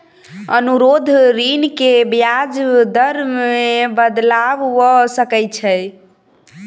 अनुरोध ऋण के ब्याज दर मे बदलाव भ सकै छै